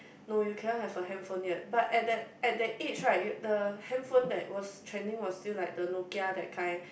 no you cannot have a handphone yet but at that at that age right you the handphone that was trending was still like the Nokia that kind